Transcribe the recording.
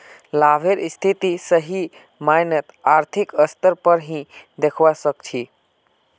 लाभेर स्थिति सही मायनत आर्थिक स्तर पर ही दखवा सक छी